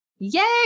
Yay